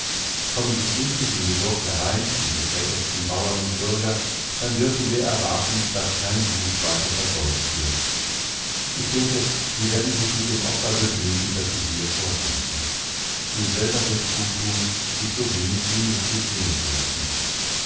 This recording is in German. kommen sie friedlich in die burg herein diese verirrten bauern und bürger dann dürfen wir erwarten daß kein blut weiter vergeudet wird ich denke sie werden sich mit dem opfer begnügen das sie hier vorfinden du selber wirst gut tun dich so wenig wie möglich sehen zu lassen